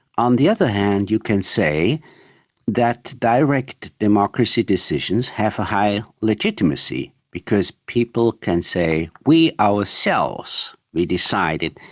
on the other hand you can say that direct democracy decisions have a high legitimacy, because people can say, we ourselves, we decide it.